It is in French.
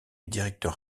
directeur